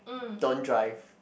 don't drive